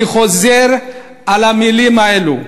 אני חוזר על המילים האלה: